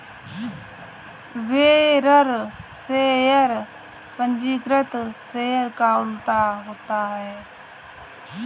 bearer share पंजीकृत share का उल्टा होता है